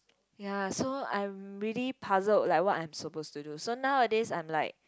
ya so I'm really puzzled like what I'm supposed to do so nowadays I'm like